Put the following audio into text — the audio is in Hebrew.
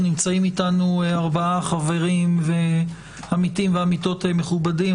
נמצאים אתנו עמיתים ועמיתות מכובדים,